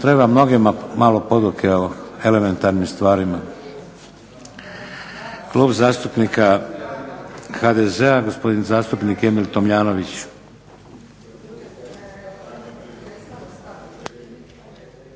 Treba mnogima malo poduke o elementarnim stvarima. Klub zastupnika HDZ-a gospodin zastupnik Emil Tomljanović.